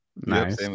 Nice